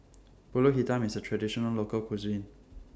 Pulut Hitam IS A Traditional Local Cuisine